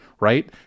right